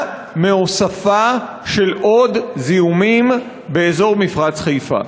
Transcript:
מהוספה של זיהומים באזור מפרץ-חיפה.